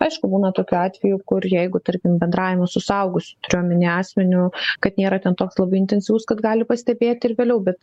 aišku būna tokių atvejų kur jeigu tarkim bendravimo su suaugusiu turiu omeny asmeniu kad nėra ten toks labai intensyvus kad gali pastebėti ir vėliau bet